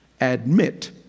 Admit